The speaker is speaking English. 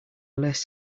less